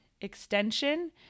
extension